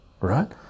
right